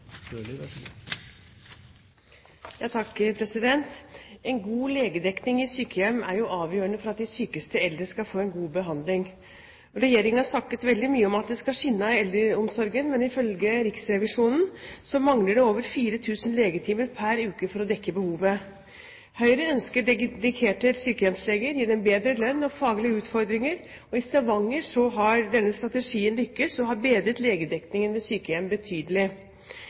avgjørende for at de sykeste eldre skal få en god behandling. Regjeringen har snakket veldig mye om at det skal skinne av eldreomsorgen, men ifølge Riksrevisjonen mangler det over 4 000 legetimer pr. uke for å dekke behovet. Høyre ønsker dedikerte sykehjemsleger og vil gi dem bedre lønn og faglige utfordringer. I Stavanger har denne strategien lyktes og har bedret legedekningen ved sykehjem betydelig.